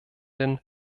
den